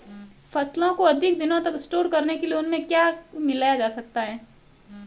फसलों को अधिक दिनों तक स्टोर करने के लिए उनमें क्या मिलाया जा सकता है?